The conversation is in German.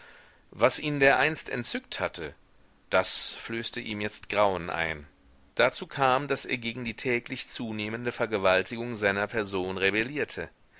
was ihn dereinst entzückt hatte das flößte ihm jetzt grauen ein dazu kam daß er gegen die täglich zunehmende vergewaltigung seiner person rebellierte